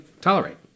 tolerate